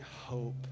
hope